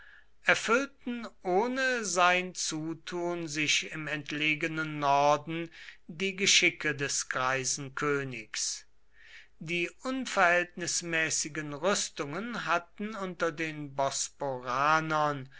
erfüllten ohne sein zutun sich im entlegenen norden die geschicke des greisen königs die unverhältnismäßigen rüstungen hatten unter den